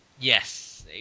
Yes